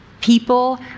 People